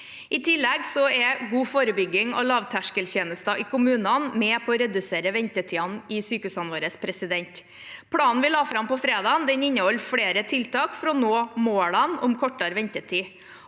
I tillegg er god forebygging og lavterskeltjenester i kommunene med på å redusere ventetidene i sykehusene våre. Planen vi la fram på fredag, inneholder flere tiltak for å nå målene om kortere ventetider.